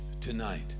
tonight